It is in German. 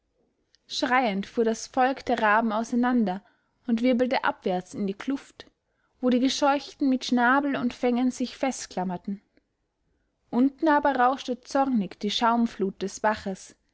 schreiend fuhr das volk der raben auseinander und wirbelte abwärts in die kluft wo die gescheuchten mit schnabel und fängen sich festklammerten unten aber rauschte zornig die schaumflut des baches